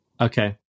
Okay